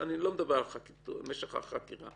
אני לא מדבר על משך החקירה.